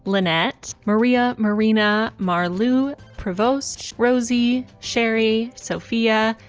lynette, maria, marina, marlous, prevost, rosie, sherry, sophia,